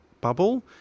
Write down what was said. bubble